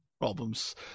Problems